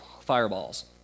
fireballs